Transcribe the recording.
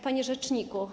Panie Rzeczniku!